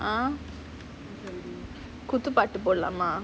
!huh! குத்து பாட்டு போடலாமா:kuthu paatu podalaamaa